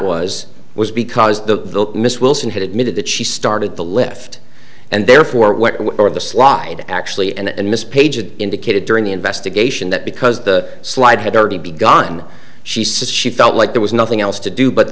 was was because the miss wilson had admitted that she started the lift and therefore what are the slide actually and miss pages indicated during the investigation that because the slide had already begun she says she felt like there was nothing else to do but